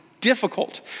difficult